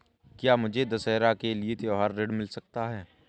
क्या मुझे दशहरा के लिए त्योहारी ऋण मिल सकता है?